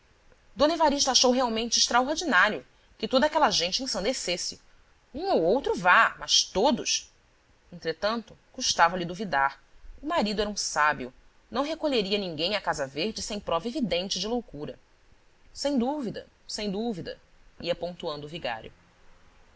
d evarista achou realmente extraordinário que toda aquela gente ensandecesse um ou outro vá mas todos entretanto custava-lhe duvidar o marido era um sábio não recolheria ninguém à casa verde sem prova evidente de loucura sem dúvida sem dúvida ia pontuando o vigário